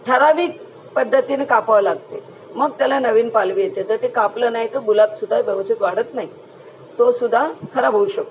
ठरावीक पद्धतीने कापावं लागते मग त्याला नवीन पालवी येते तर ते कापलं नाही तर गुलाबसुद्धा व्यवस्थित वाढत नाही तोसुद्धा खराब होऊ शकतो